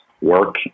work